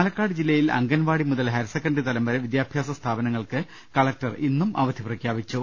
പാലക്കാട് ജില്ലയിൽ അംഗൻവാടി മുതൽ higher secondary തലം വരെ വിദ്യാഭ്യാസ സ്ഥാപനങ്ങൾക്ക് കലക്ടർ ഇന്നും അവധി പ്രഖ്യാപിച്ചു